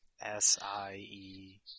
S-I-E